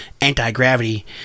anti-gravity